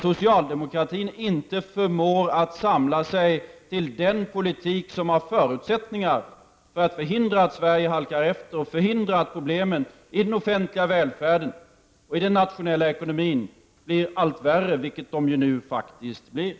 Socialdemokratin förmår inte att samla sig till den politik som har förutsättningar att förhindra att Sverige halkar efter och att problemen i den offentliga välfärden och i den nationella ekonomin blir allt värre, vilket de ju nu faktiskt blir.